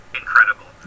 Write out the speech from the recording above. incredible